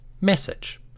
Message